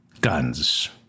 Guns